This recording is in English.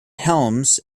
helms